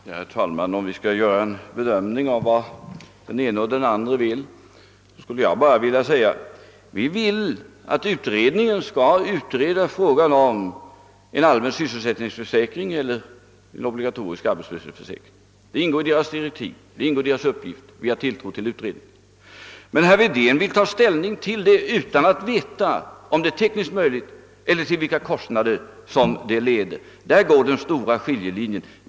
Herr talman! Om vi skall göra en bedömning av vad den ene och den andre vill, kan jag tala om att vi vill att utredningen skall utreda frågan om en allmän sysselsättningsförsäkring eller en obligatorisk arbetslöshetsförsäkring. Den uppgiften ingår i dess direktiv. Vi har tilltro till utredningen. Herr Wedén vill däremot ta ställning till frågan utan att veta om en sådan försäkring är tekniskt möjlig eller till vilka kostnader den leder. Där går den stora skiljelinjen.